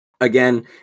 Again